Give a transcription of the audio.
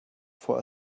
for